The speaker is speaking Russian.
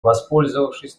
воспользовавшись